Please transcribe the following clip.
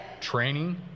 training